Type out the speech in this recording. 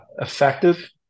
effective